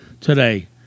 today